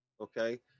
okay